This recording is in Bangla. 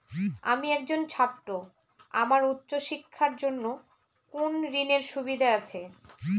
আমি একজন ছাত্র আমার উচ্চ শিক্ষার জন্য কোন ঋণের সুযোগ আছে?